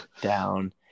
down